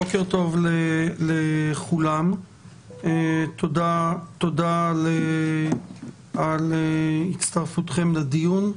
בוקר טוב לכולם, תודה על הצטרפותכם לדיון.